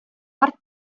mart